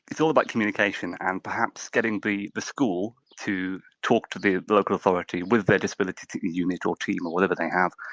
it's all about communication and perhaps getting the the school to talk to the local authority with their disability unit or team or whatever they have,